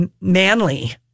manly